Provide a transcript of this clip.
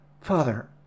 Father